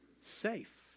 safe